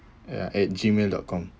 uh at gmail dot com